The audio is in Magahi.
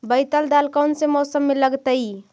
बैतल दाल कौन से मौसम में लगतैई?